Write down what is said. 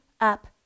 up